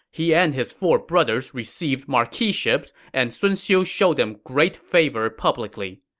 he and his four brothers received marquiships, and sun xiu showed them great favor publicly.